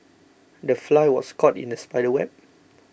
the fly was caught in the spider's web